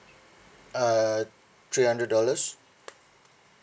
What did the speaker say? uh three hundred dollars